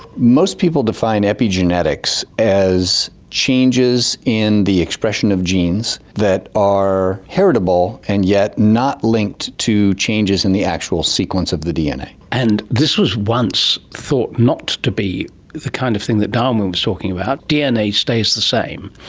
most people define epigenetics as changes in the expression of genes that are heritable and yet not linked to changes in the actual sequence of the dna. and this was once thought not to be the kind of thing that darwin was talking about. dna stays the same,